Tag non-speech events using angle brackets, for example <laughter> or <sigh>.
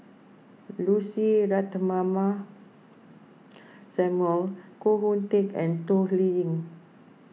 Lucy Ratnammah <noise> Samuel Koh Hoon Teck and Toh Liying